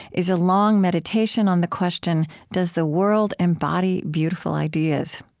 is a long meditation on the question does the world embody beautiful ideas?